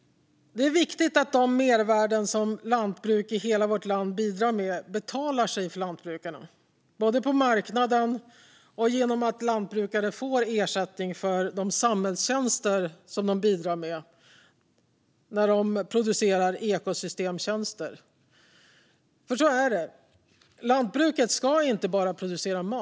Det är viktigt att de mervärden som lantbruk i hela vårt land bidrar med betalar sig för lantbrukarna. Det gäller både betalning från marknaden och genom att lantbrukare får ersättning för de samhällstjänster de bidrar med när de producerar ekosystemtjänster. Lantbruket ska nämligen inte bara producera mat.